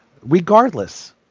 regardless